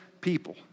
people